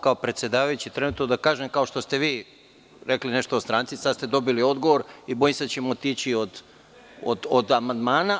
Kao predsedavajući trenutno, da kažem, kao što ste vi rekli nešto o stranci, sad ste dobili odgovor i bojim se da ćemo otići od amandmana.